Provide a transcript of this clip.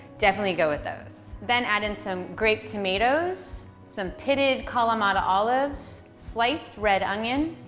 definitely go with those. then add in some grape tomatoes, some pitted kalamata olives, sliced red onion,